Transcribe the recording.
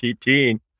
teen